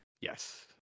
Yes